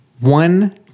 One